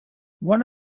one